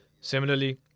Similarly